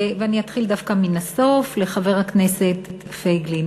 אני אתחיל דווקא מן הסוף ואומר לחבר הכנסת פייגלין